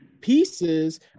pieces